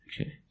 Okay